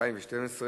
והביטחון של הכנסת.